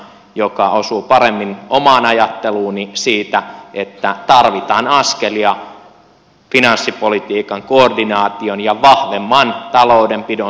se osuu paremmin omaan ajatteluuni siitä että tarvitaan askelia finanssipolitiikan koordinaation ja vahvemman taloudenpidon suuntaan